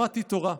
למדתי תורה.